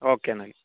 okay എന്നാൽ